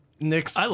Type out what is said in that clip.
Nick's